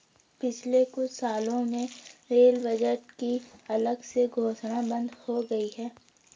पिछले कुछ सालों में रेल बजट की अलग से घोषणा बंद हो गई है